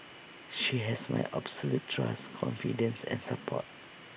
she has my absolute trust confidence and support